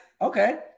Okay